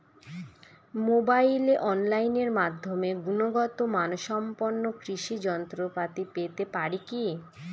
মোবাইলে অনলাইনের মাধ্যমে গুণগত মানসম্পন্ন কৃষি যন্ত্রপাতি পেতে পারি কি?